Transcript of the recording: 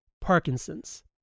Parkinson's